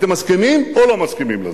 אתם מסכימים או לא מסכימים לזה?